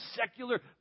secular